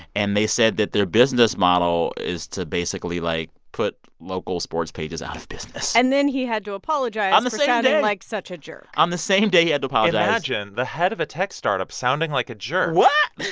and they said that their business model is to basically, like, put local sports pages out of business and then he had to apologize. on the same day. for sounding like such a jerk on the same day, he had to apologize imagine the head of a tech startup sounding like a jerk what?